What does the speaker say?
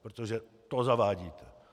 Protože to zavádíte.